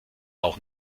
auch